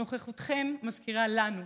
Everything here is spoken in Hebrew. נוכחותכם מזכירה לנו,